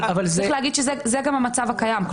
אבל צריך להגיד שזה גם המצב הקיים.